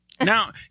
Now